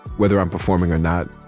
whether i'm performing or not,